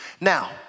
Now